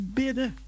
bidden